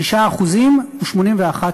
שישה אחוזים ו-81 מאיות.